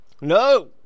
No